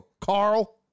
Carl